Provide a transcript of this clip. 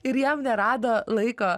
ir jam nerado laiko